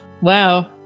Wow